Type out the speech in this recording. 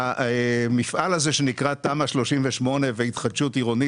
המפעל הזה שנקרא תמ"א 38 והתחדשות עירונית